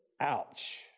ouch